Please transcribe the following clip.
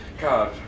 God